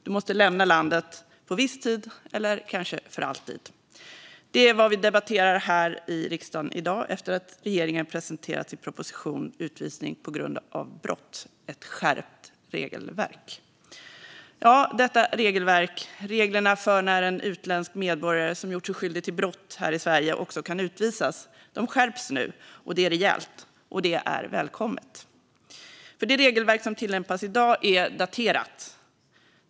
Du måste lämna landet, på viss tid, eller kanske för alltid. Detta är vad vi debatterar här i riksdagen i dag efter det att regeringen har presenterat sin propositionen Utvisning på grund av brott - ett skärpt regelverk . Ja, detta regelverk, reglerna för när en utländsk medborgare som gjort sig skyldig till brott här i Sverige också kan utvisas, skärps nu rejält - och det är välkommet. Det regelverk som tillämpas i dag är daterat.